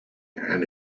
and